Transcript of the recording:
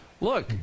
look